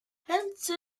hence